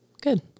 good